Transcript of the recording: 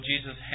Jesus